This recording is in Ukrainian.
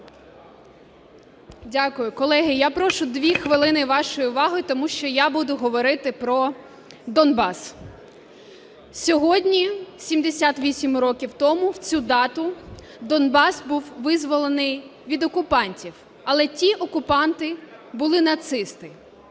Дякую. Колеги, я прошу дві хвилини вашої уваги. Тому що я буду говорити про Донбас. Сьогодні, 78 років тому, в цю дату, Донбас був визволений від окупантів. Але ті окупанти були нацисти.